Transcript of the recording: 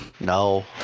No